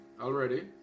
already